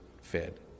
fed